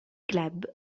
club